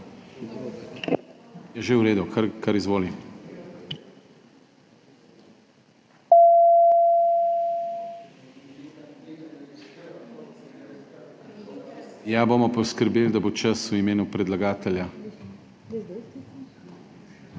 Je že v redu, kar izvoli. Ja, bomo poskrbeli, da bo čas, v imenu predlagatelja.